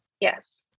Yes